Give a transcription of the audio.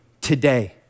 today